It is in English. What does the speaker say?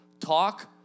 talk